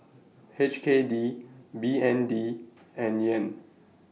H K D B N D and Yen